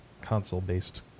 console-based